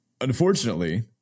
Unfortunately